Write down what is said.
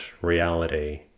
Reality